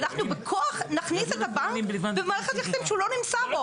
ואנחנו בכוח נכניס את הבנק במערכת יחסים שהוא לא נמצא בו.